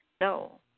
no